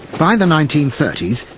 by the nineteen thirty s,